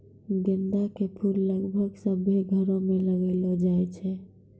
गेंदा के फूल लगभग सभ्भे घरो मे लगैलो जाय छै